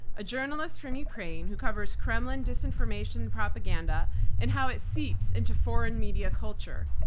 a journalist from ukraine who covers kremlin disinformation propaganda and how it seeps into foreign media culture.